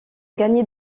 gagner